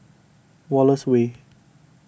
Wallace Way